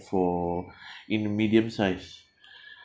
for in the medium size